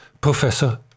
Professor